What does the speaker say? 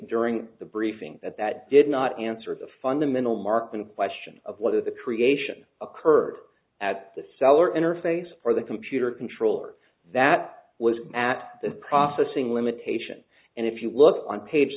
during the briefing that that did not answer the fundamental mark in question of whether the creation occurred at the cellar interface or the computer controller that was at the processing limitation and if you look on page